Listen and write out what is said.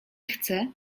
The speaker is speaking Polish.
chcę